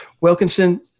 Wilkinson